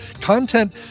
content